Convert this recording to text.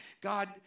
God